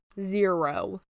zero